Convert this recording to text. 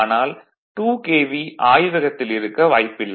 ஆனால் 2 KV ஆய்வகத்தில் இருக்க வாய்ப்பில்லை